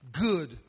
good